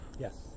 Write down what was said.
yes